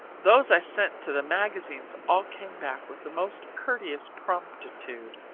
those i sent to the magazines all came back with the most courteous promptitude.